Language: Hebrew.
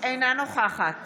אינה נוכחת